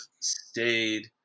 stayed